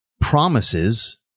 promises